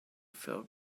feel